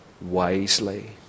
wisely